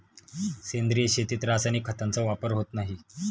सेंद्रिय शेतीत रासायनिक खतांचा वापर होत नाही